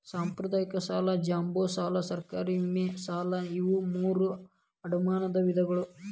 ಸಾಂಪ್ರದಾಯಿಕ ಸಾಲ ಜಂಬೂ ಸಾಲಾ ಸರ್ಕಾರದ ವಿಮೆ ಸಾಲಾ ಇವು ಮೂರೂ ಅಡಮಾನದ ವಿಧಗಳು